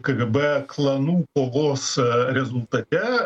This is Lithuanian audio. kgb klanų kovos rezultate